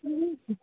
ह